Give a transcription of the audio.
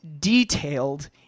detailed